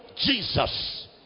Jesus